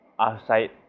outside